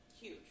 Huge